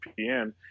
vpn